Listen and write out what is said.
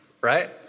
Right